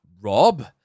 rob